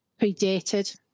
predated